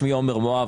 שמי עמר מואב,